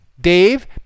Dave